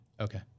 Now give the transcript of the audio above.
Okay